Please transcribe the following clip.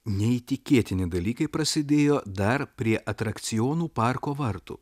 neįtikėtini dalykai prasidėjo dar prie atrakcionų parko vartų